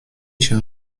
się